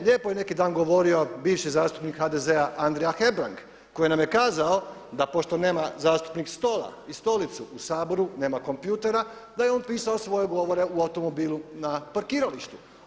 Lijepo je neki dan govorio bivši zastupnik HDZ-a Andrija Hebrang koji nam je kazao da pošto nema zastupnik stola i stolicu u Saboru, nema kompjutera da je on pisao svoje govore u automobilu na parkiralištu